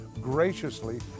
graciously